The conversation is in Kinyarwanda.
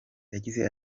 yagize